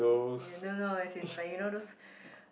no no no as in like you know those